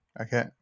Okay